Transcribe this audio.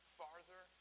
farther